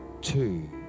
Two